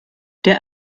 der